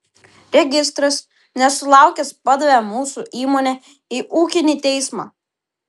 registras nesulaukęs padavė mūsų įmonę į ūkinį teismą